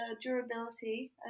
durability